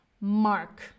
mark